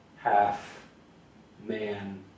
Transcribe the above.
half-man